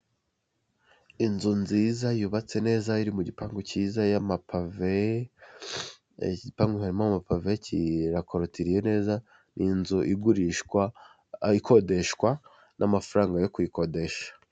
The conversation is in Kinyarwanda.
Inzu nziza yubatse neza iri mu gipangu cyiza y'amapave, igipangu harimo amapave, kirakorotiriye neza ni inzu igurishwa, ikodeshwa n'amafaranga yo kuyikodesha.